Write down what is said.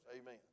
Amen